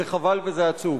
זה חבל וזה עצוב.